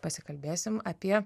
pasikalbėsim apie